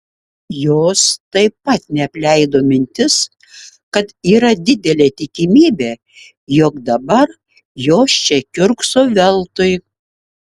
jos taip pat neapleido mintis kad yra didelė tikimybė jog dabar jos čia kiurkso veltui